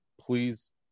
please